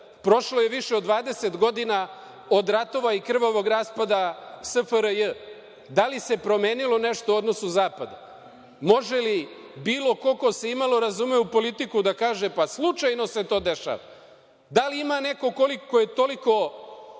prošlo je više od 20 godina od ratova i krvavog raspada SFRJ, da li se promenilo nešto u odnosu zapada? Može li bilo ko, ko se i malo razume u politiku da kaže – pa, slučajno se to dešava? Da li ima neko ko je koliko